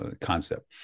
concept